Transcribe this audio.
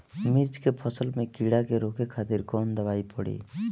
मिर्च के फसल में कीड़ा के रोके खातिर कौन दवाई पड़ी?